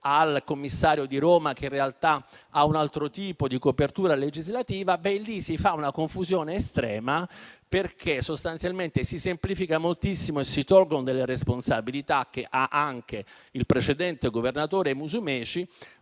al commissario di Roma, che in realtà ha un altro tipo di copertura legislativa. Si fa una confusione estrema, perché sostanzialmente si semplifica moltissimo e si tolgono delle responsabilità che sono anche del precedente governatore Musumeci,